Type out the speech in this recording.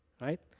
right